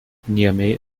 niamey